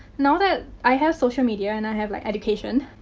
now that i have social media and i have like education,